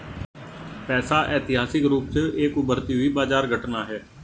पैसा ऐतिहासिक रूप से एक उभरती हुई बाजार घटना है